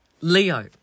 Leo